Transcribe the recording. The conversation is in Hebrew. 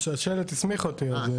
שחבל לי שהם לה פה אבל אני